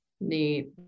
Neat